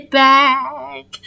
back